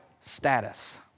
status